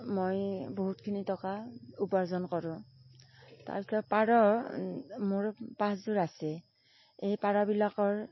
মই বহুতখিনি টকা উপাৰ্জন কৰোঁ তাৰপিছত পাৰ মোৰ পাঁচযোৰ আছে এই পাৰবিলাকৰ